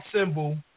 Symbol